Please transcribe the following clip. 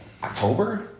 October